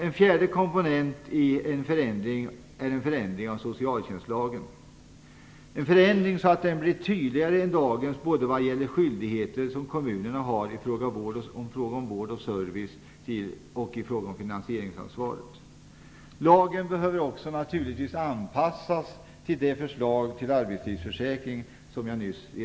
En fjärde komponent är en förändring av socialtjänstlagen så att den blir tydligare än dagens både vad gäller de skyldigheter som kommunerna har i fråga om vård och service och vad gäller finansieringsansvaret. Lagen behöver naturligtivs anpassas till den föreslagna arbetslivsförsäkringen.